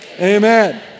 amen